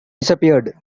disappeared